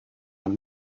man